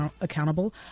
accountable